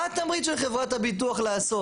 מה התמריץ של חברת הביטוח לעשות?